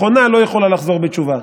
מכונה לא יכולה לחזור בתשובה.